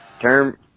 Term